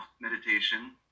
meditation